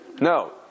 no